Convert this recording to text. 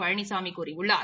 பழனிசாமி கூறியுள்ளார்